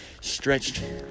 stretched